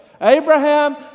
Abraham